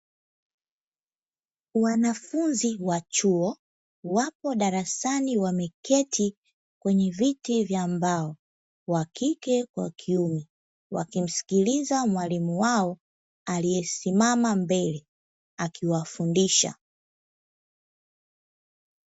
Wanafunzi wa chuo wapo darasani wameketi kwenye viti vya mbao, wakike na wakiume wakimsikiliza mwalimu wao aliyesimama mbele akiwafundisha.